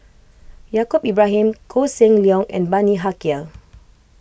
Yaacob Ibrahim Koh Seng Leong and Bani Haykal